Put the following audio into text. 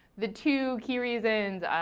the two key reasons,